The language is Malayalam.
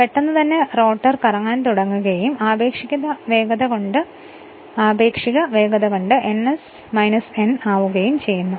എന്നാൽ പെട്ടെന്നു തന്നെ റോട്ടാർ കറങ്ങാൻ തുടങ്ങുകയും ആപേക്ഷിക വേഗത കൊണ്ട് ns n ആവുകയും ചെയ്യും